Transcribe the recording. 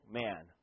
man